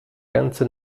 ganze